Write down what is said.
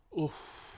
Oof